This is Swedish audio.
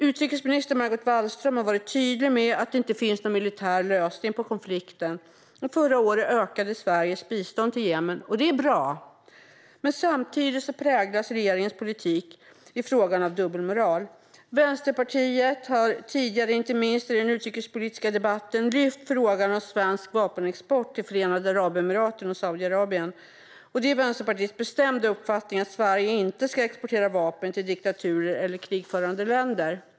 Utrikesminister Margot Wallström har varit tydlig med att det inte finns någon militär lösning på konflikten, och förra året ökade Sveriges bistånd till Jemen. Det är bra. Men samtidigt präglas regeringens politik i frågan av dubbelmoral. Vänsterpartiet har tidigare, inte minst i den utrikespolitiska debatten, lyft fram frågan om svensk vapenexport till Förenade Arabemiraten och Saudiarabien. Det är Vänsterpartiets bestämda uppfattning att Sverige inte ska exportera vapen till diktaturer eller krigförande länder.